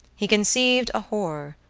he conceived a horror,